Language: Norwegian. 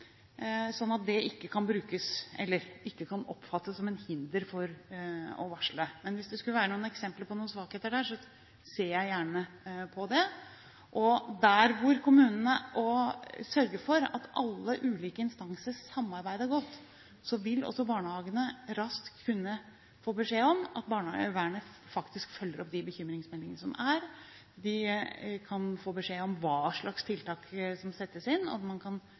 ikke kan oppfattes som et hinder for å varsle. Men hvis det skulle være eksempler på noen svakheter der, ser jeg gjerne på det. Der hvor kommunene sørger for at alle ulike instanser samarbeider godt, vil også barnehagene raskt kunne få beskjed om at barnevernet faktisk følger opp de bekymringsmeldingene som er. De kan få beskjed om hva slags tiltak som settes inn, slik at man kan